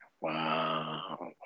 Wow